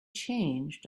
changed